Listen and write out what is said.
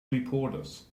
reporters